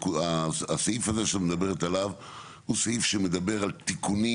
הסעיף הזה שאת מדברת עליו הוא סעיף שמדבר על תיקונים